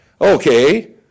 Okay